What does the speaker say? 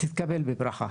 תתקבל בברכה.